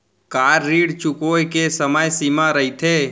का ऋण चुकोय के समय सीमा रहिथे?